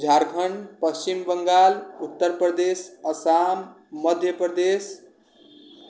Jharkhand Paschim Banga Uttar Pradesh Assam Madhya Pradesh